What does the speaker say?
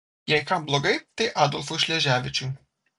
jei kam blogai tai adolfui šleževičiui